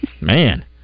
man